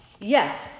Yes